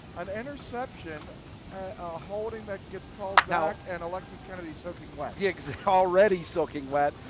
an interception, a holding that gets called back, and alexis kennedy soaking wet. yeah already soaking wet.